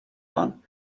one